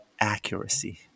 accuracy